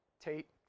Tate